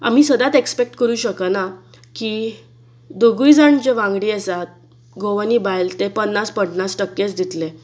आमी सदांच एक्सपेक्ट करूंक शकना की दोगूय जाण जे वांगडी आसात घोव आनी बायल ते पन्नास पन्नास टक्केच दितले